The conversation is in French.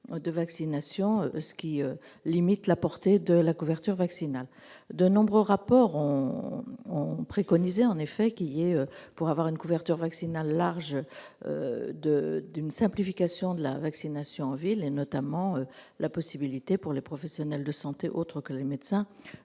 de vaccination, ce qui limite la couverture vaccinale. De nombreux rapports ont préconisé, pour assurer une couverture vaccinale large, une simplification de la vaccination en ville, notamment la possibilité pour les professionnels de santé autres que les médecins